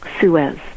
Suez